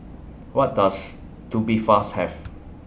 What Does Tubifast Have